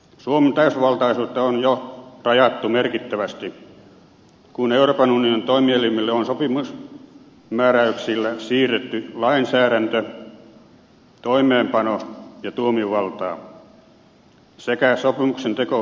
suomen täysivaltaisuutta on jo rajattu merkittävästi kun euroopan unionin toimielimille on sopimusmääräyksillä siirretty lainsäädäntö toimeenpano ja tuomiovaltaa sekä sopimuksentekotoimivaltaa kansainvälisissä suhteissa